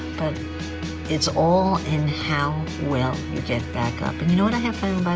but it's all in how well you get back up. and you know what i have found, by